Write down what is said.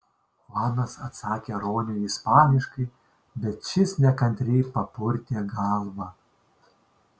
chuanas atsakė roniui ispaniškai bet šis nekantriai papurtė galvą